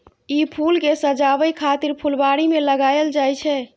ई फूल कें सजाबै खातिर फुलबाड़ी मे लगाएल जाइ छै